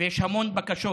ויש המון בקשות,